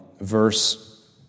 verse